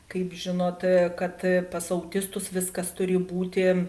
kaip žinot kad pas autistus viskas turi būti